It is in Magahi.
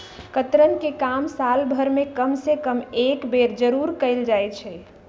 कतरन के काम साल भर में कम से कम एक बेर जरूर कयल जाई छै